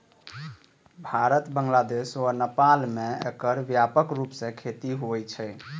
भारत, बांग्लादेश आ नेपाल मे एकर व्यापक रूप सं खेती होइ छै